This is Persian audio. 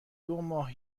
دوماه